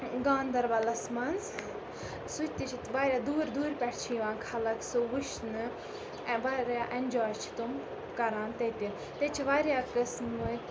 گاندَربَلَس مَنٛز سُہ تہِ چھِ واریاہ دوٗر دوٗرِ پٮ۪ٹھ چھِ یِوان خلَق سُہ وٕچھنہٕ واریاہ اٮ۪نجاے چھِ تم کَران تتہِ تیٚتہِ چھِ واریاہ قٕسمٕکۍ